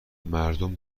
مردم